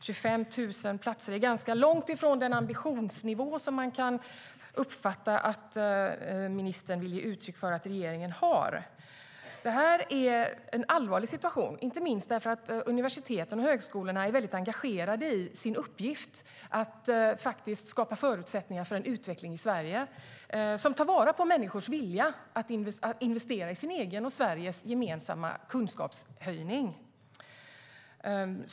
25 000 platser är ganska långt ifrån den ambitionsnivå man kan uppfatta att ministern vill ge uttryck för att regeringen har. Det är en allvarlig situation, inte minst för att universiteten och högskolorna är väldigt engagerade i sin uppgift att skapa förutsättningar för en utveckling i Sverige som tar vara på människors vilja att investera i sin egen och Sveriges gemensamma kunskapshöjning.